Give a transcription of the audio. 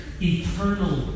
Eternal